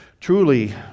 Truly